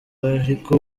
ariko